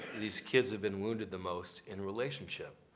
these kids have been wounded the most in relationship.